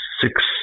six